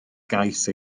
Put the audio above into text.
gais